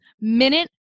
minute